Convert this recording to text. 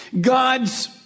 God's